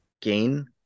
gain